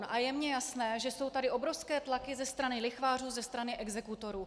A je mně jasné, že jsou tady obrovské tlaky ze strany lichvářů, ze strany exekutorů.